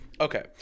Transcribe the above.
okay